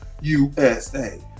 USA